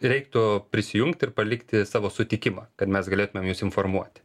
reiktų prisijungti ir palikti savo sutikimą kad mes galėtumėm jus informuoti